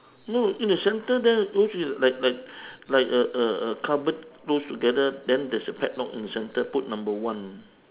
no in the centre there don't you like like like a a a cupboard close together then there's a padlock in center put number one